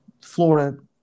Florida